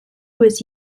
was